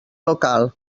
local